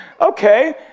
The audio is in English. Okay